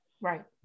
Right